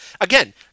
again